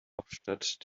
hauptstadt